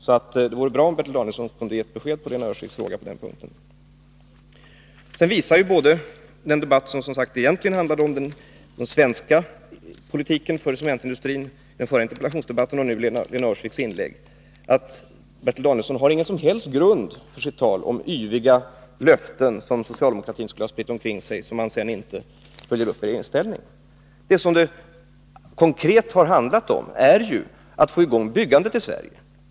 Det vore därför bra om Bertil Danielsson kunde ge ett svar på Lena Öhrsviks fråga på denna punkt. Både den förra interpellationsdebatten, som handlade om den svenska politiken för cementindustrin, och Lena Öhrsviks inlägg nu visar att Bertil Danielsson inte har någon som helst grund för sitt tal om yviga vallöften som socialdemokratin skall ha spritt omkring sig och sedan inte följer upp i regeringsställning. Det som det konkret har handlat om har varit att få i gång byggandet i Sverige.